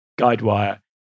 Guidewire